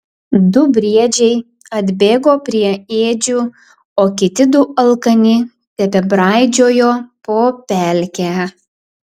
du briedžiai atbėgo prie ėdžių o kiti du alkani tebebraidžiojo po pelkę